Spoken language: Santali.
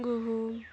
ᱜᱩᱦᱩᱢ